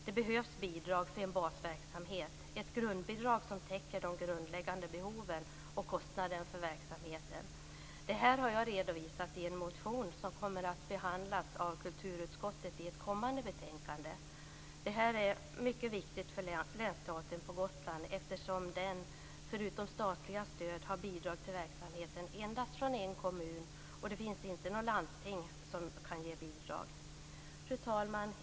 Det behövs bidrag för en basverksamhet, ett grundbidrag som täcker de grundläggande behoven och kostnaderna för verksamheten. Det här har jag redovisat i en motion som kommer att behandlas av kulturutskottet i ett kommande betänkande. Det här är mycket viktigt för Länsteatern på Gotland eftersom den förutom statliga stöd har bidrag till verksamheten endast från en kommun, och det finns inget landsting som kan ge bidrag. Fru talman!